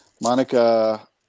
Monica